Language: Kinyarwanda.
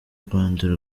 rwanda